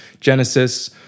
Genesis